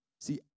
See